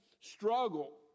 struggle